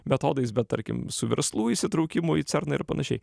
metodais bet tarkim su verslų įsitraukimu į cerną ir panašiai